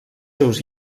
seus